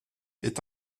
est